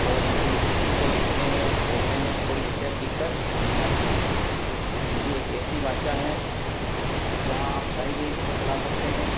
और हिन्दी में किसी को लिखने में बोलने में कोई विशेष दिक्कत नहीं आती हैं हिन्दी एक ऐसी भाषा है जहाँ आप कहीं भी इसको चला सकते हैं